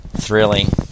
thrilling